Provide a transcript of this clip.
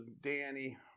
Danny